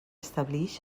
establix